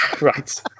Right